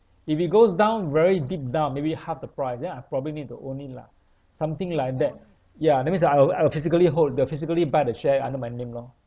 if it goes down very deep down maybe half the price then I probably need to own it lah something like that ya that means like I will I will physically hold the physically buy the share under my name lor